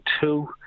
two